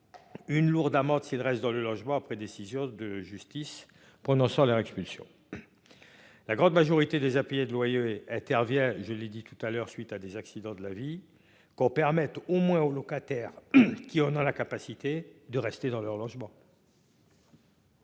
Une lourde amende s'reste dans le logement après décision de justice prononçant leur expulsion. La grande majorité des à payer de loyer intervient, je l'ai dit tout à l'heure, suite à des accidents de la vie qu'on permette au moins aux locataires qui en a la capacité de rester dans leur logement.